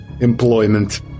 employment